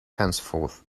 henceforth